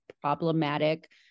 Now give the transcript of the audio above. problematic